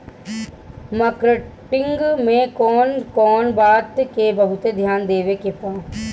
Marketing मे कौन कौन बात के बहुत ध्यान देवे के बा?